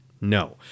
No